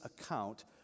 account